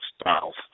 styles